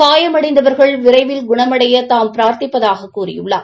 காயமடைந்தவர்கள் விரைவில் குணமடைய தாம் பிரார்த்திப்பதாகக் கூறியுள்ளார்